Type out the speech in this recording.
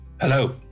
Hello